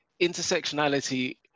intersectionality